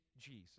Jesus